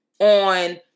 on